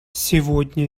сегодня